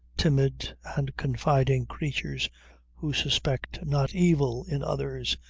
timid, and confiding creatures who suspect not evil in others,